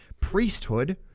priesthood